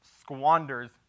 squanders